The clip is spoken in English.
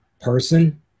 person